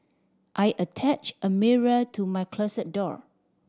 I attached a mirror to my closet door